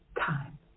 time